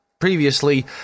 previously